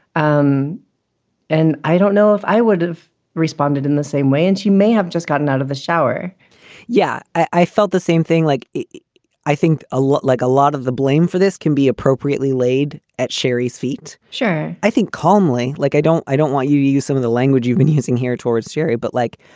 um and i don't know if i would have responded in the same way and she may have just gotten out of the shower yeah, i felt the same thing. like i think a lot like a lot of the blame for this can be appropriately laid at sherry's feet. sure. i think calmly, like i don't i don't want you use some of the language you've been using here towards syria. but like.